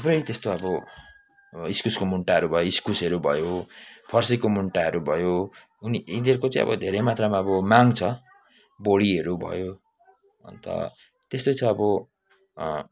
थुप्रै त्यस्तो अब इस्कुसको मुन्टाहरू भयो इस्कुसहरू भयो फर्सीको मुन्टाहरू भयो उनी यिनीहरूको चाहिँ अब धेरै मात्रामा अब माग छ बोडीहरू भयो अन्त त्यस्तै छ अब